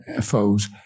foes